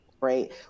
right